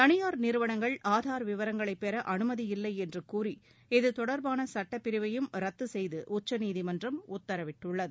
தனியார் நிறுவனங்கள் ஆதார் விவரங்களைப் பெற அனுமதியில்லை என்று கூறி இது தொடர்பான சட்டப் பிரிவையும் ரத்து செய்து உச்சநீதிமன்றம் உத்தரவிட்டுள்ளது